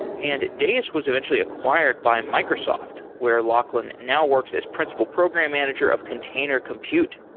and deis was eventually acquired by microsoft, where lachlan now works as principal program manager of container compute.